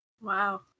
Wow